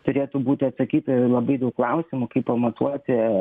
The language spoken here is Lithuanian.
turėtų būti atsakyta į labai daug klausimų kaip pamatuoti